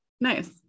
nice